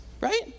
right